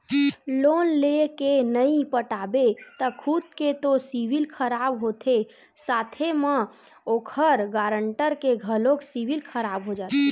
loan लेय के नइ पटाबे त खुद के तो सिविल खराब होथे साथे म ओखर गारंटर के घलोक सिविल खराब हो जाथे